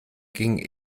gingen